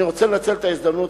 אני רוצה לנצל את ההזדמנות,